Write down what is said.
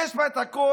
יש בה את הכול.